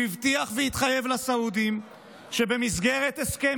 הוא הבטיח והתחייב לסעודים שבמסגרת הסכם